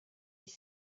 dix